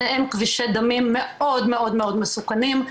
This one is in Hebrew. שניהם כבישי דמים מאוד מאוד מסוכנים,